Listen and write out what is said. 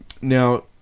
Now